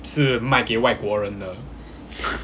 是卖给外国人的